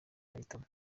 mahitamo